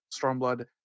Stormblood